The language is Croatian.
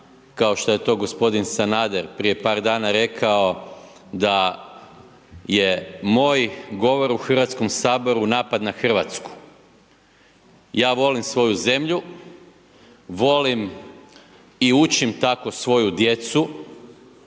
kao što je to g. Sanader prije par dana rekao da je moj govor u Hrvatskom saboru napad na Hrvatsku. Ja volim svoju zemlju, volim i učim tako svoju djecu,